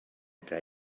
que